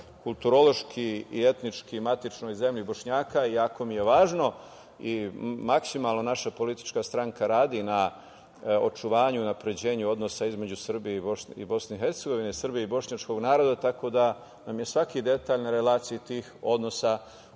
kulturološki i etnički matičnoj zemlji Bošnjaka i jako mi je važno. Maksimalno naša politička stranka radi na očuvanju i unapređenju odnosa između Srbije i Bosne i Hercegovine, Srbije i bošnjačkog naroda, tako da nam je svaki detalj na relaciji tih odnosa od